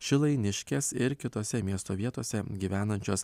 šilainiškės ir kitose miesto vietose gyvenančios